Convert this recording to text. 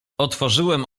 otworzyłem